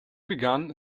begun